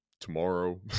tomorrow